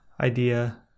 idea